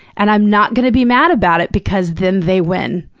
and i'm not gonna be mad about it because then they win.